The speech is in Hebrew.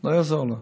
לא יעזור לו.